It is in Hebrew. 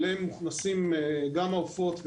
אליהם מוכנסים גם העופות,